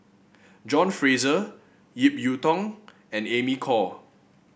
John Fraser Ip Yiu Tung and Amy Khor